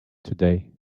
today